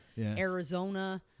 Arizona